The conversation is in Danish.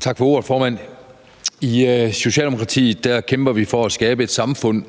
Tak for ordet, formand. I Socialdemokratiet kæmper vi for at skabe et samfund,